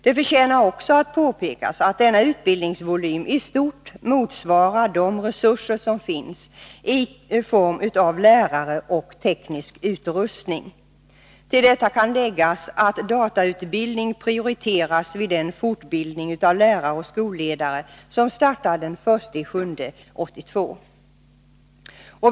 Det förtjänar också att påpekas, att denna utbildningsvolym i stort motsvarar de resurser som finns i form av lärare och teknisk utrustning. Till detta kan läggas att datautbildning prioriteras vid den fortbildning av lärare och skolledare som startar den 1 juli 1982.